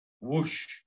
whoosh